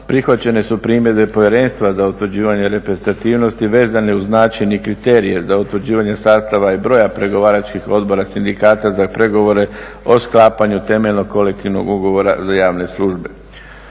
prihvaćene su primjedbe Povjerenstva za utvrđivanje reprezentativnosti vezane uz način i kriterije za utvrđivanje sastava i broja pregovaračkih odbora sindikata za pregovore o sklapanju temeljnog kolektivnog ugovora za javne službe.